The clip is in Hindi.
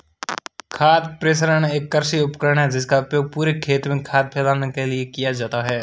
खाद स्प्रेडर एक कृषि उपकरण है जिसका उपयोग पूरे खेत में खाद फैलाने के लिए किया जाता है